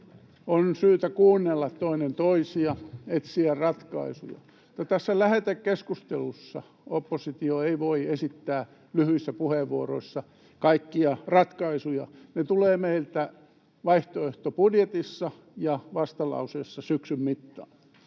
on syytä kuunnella toinen toisia ja etsiä ratkaisuja. Tässä lähetekeskustelussa oppositio ei voi esittää lyhyissä puheenvuoroissa kaikkia ratkaisuja. Ne tulevat meiltä vaihtoehtobudjetissa ja vastalauseissa syksyn mittaan.